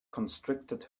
constricted